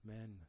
men